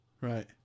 right